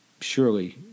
surely